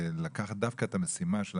לקחת דווקא משימה כמו זו,